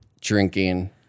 drinking